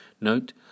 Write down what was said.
Note